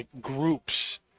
groups